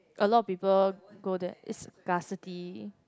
a lot of people go there it's scarcity